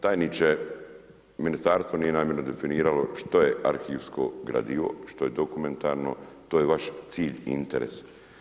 Tajniče, ministarstvo nije namjerno definiralo što je arhivsko gradivo, što je dokumentarno, to je vaš cilj i interes.